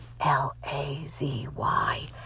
L-A-Z-Y